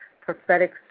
prophetic